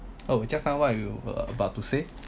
oh just now what are you uh about to say